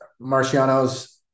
marcianos